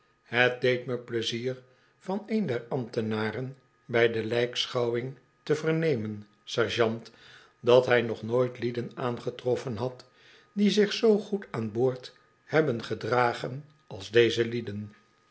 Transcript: het deed me pleizier van een der ambtenaren bij de lijkschouwing te vernemen sergeant dat hij nog nooit lieden aangetroffen had die zich zoo goed aan boord hebben gedragen als deze lieden